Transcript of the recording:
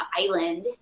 island